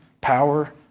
power